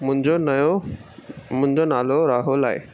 मुंहिंजो नओ मुंहिंजो नालो राहुल आहे